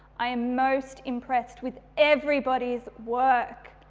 i am most impressed with everybody's work,